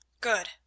good